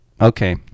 okay